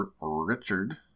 Richard